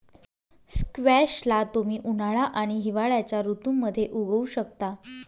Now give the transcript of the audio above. squash ला तुम्ही उन्हाळा आणि हिवाळ्याच्या ऋतूमध्ये उगवु शकता